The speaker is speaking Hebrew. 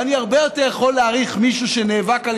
ואני הרבה יותר יכול להעריך מישהו שנאבק על